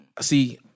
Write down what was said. See